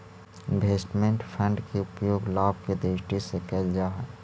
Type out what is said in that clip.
investment fund के उपयोग लाभ के दृष्टि से कईल जा हई